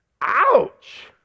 Ouch